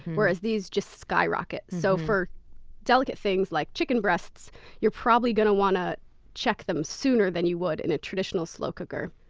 whereas, these skyrocket. so, for delicate things like chicken breasts you're probably going to want to check them sooner than you would in a traditional slow cooker.